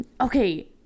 okay